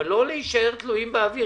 אבל לא להישאר תלויים באוויר.